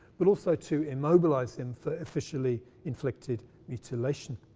but also to immobilize him for officially inflicted mutilation.